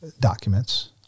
documents